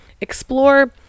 explore